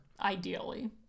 Ideally